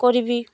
କରିବି